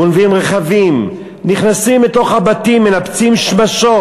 גונבים רכבים, נכנסים לתוך הבתים, מנפצים שמשות,